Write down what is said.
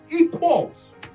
equals